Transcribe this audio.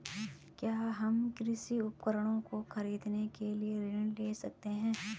क्या हम कृषि उपकरणों को खरीदने के लिए ऋण ले सकते हैं?